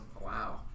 wow